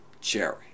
cherry